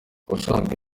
ubusanzwe